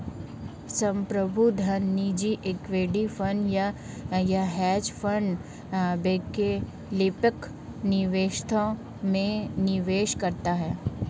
संप्रभु धन निजी इक्विटी फंड या हेज फंड वैकल्पिक निवेशों में निवेश करता है